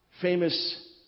famous